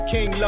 King